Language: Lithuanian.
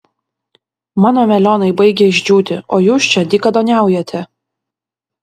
mano melionai baigia išdžiūti o jūs čia dykaduoniaujate